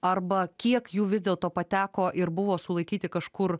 arba kiek jų vis dėlto pateko ir buvo sulaikyti kažkur